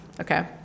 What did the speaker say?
Okay